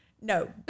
No